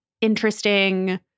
interesting